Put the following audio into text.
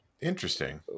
Interesting